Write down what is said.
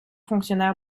fonctionnaires